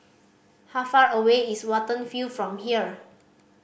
how far away is Watten View from here